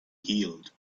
healed